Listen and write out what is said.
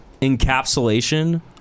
encapsulation